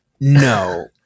No